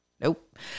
nope